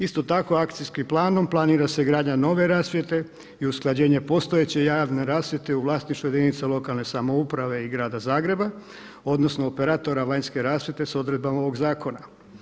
Isto tako akcijskim planom planira se gradnja nove rasvjete i usklađenje postojeće javne rasvjete u vlasništvu jedinice lokalne samouprave i grada Zagreba, odnosno, operatora vanjske rasvjete s odredbama ovog zakona.